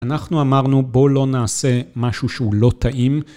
אנחנו אמרנו בואו לא נעשה משהו שהוא לא טעים.